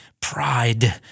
pride